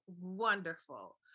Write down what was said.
wonderful